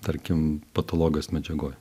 tarkim patologas medžiagoj